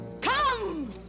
Come